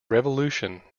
revolution